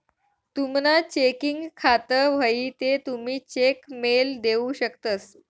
तुमनं चेकिंग खातं व्हयी ते तुमी चेक मेल देऊ शकतंस